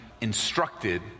instructed